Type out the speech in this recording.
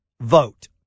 vote